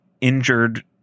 injured